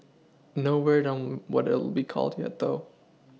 no word on what it'll be called yet though